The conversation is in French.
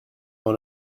dans